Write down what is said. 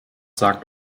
sagt